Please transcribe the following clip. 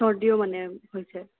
চৰ্দিও মানে হৈছে